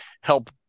help